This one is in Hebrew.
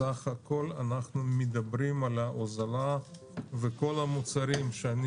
סך הכול אנחנו מדברים על הוזלה וכל המוצרים שאני